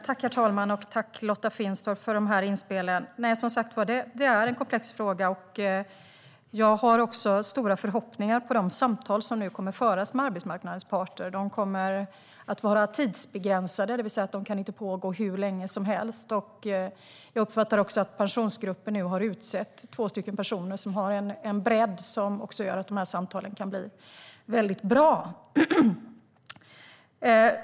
Herr talman! Tack, Lotta Finstorp, för inspelen! Det är som sagt en komplex fråga. Jag har stora förhoppningar på de samtal som nu kommer att föras med arbetsmarknadens parter. De kommer att vara tidsbegränsade. De kan alltså inte pågå hur länge som helst. Jag uppfattar också att Pensionsgruppen nu har utsett två personer som har en bredd som gör att de här samtalen kan bli väldigt bra.